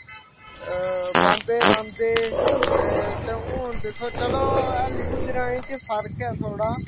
बांहदे रांह्दे ते हून दिक्खो चलो हाल्ली बी ग्राएं च फर्क ऐ थोह्ड़ा